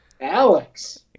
Alex